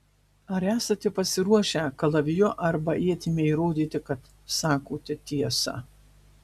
ar esate pasiruošę kalaviju arba ietimi įrodyti kad sakote tiesą